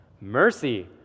Mercy